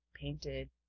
painted